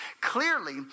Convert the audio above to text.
Clearly